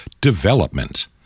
Development